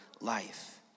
life